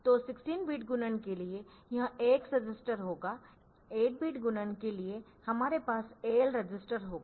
तो 16 बिट गुणन के लिए यह AX रजिस्टर होगा 8 बिट गुणन के लिए हमारे पास AL रजिस्टर होगा